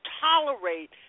tolerate